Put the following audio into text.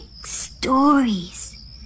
stories